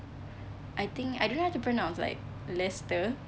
I think I don't know how to pronounce like leicester